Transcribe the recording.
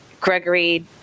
Gregory